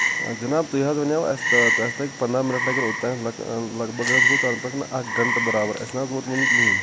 جناب تۄہہِ حظ ونیٚو اسہِ لَگہ پنداہ منٹ لَگن اوٚتام لَگ بگ حظ گوٚو تَنہٕ پٮ۪ٹھ اَکھ گٲنٹہٕ برابر اسِہ نہ حظ ووت وُنہِ کِہیٖنۍ